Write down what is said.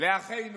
לאחינו